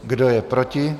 Kdo je proti?